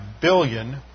billion